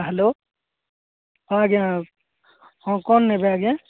hello ହଁ ଆଜ୍ଞା ହଁ କ'ଣ ନେବେ ଆଜ୍ଞା